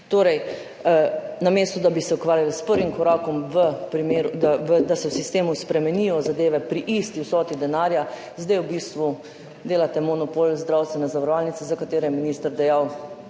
Torej, namesto da bi se ukvarjali s prvim korakom, da se v sistemu spremenijo zadeve pri isti vsoti denarja, zdaj v bistvu delate monopol iz zdravstvene zavarovalnice, za katero je minister dejal,